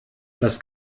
das